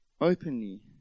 openly